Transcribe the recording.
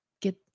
get